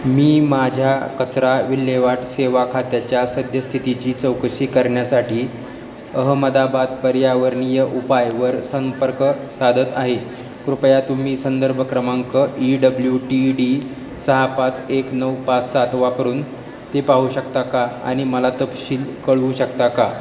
मी माझ्या कचरा विल्हेवाट सेवा खात्याच्या सद्यस्थितीची चौकशी करण्यासाठी अहमदाबाद पर्यावरणीय उपायावर संपर्क साधत आहे कृपया तुम्ही संदर्भ क्रमांक ई डब्ल्यू टी डी सहा पाच एक नऊ पाच सात वापरून ते पाहू शकता का आणि मला तपशील कळवू शकता का